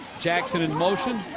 jackson in motion.